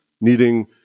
needing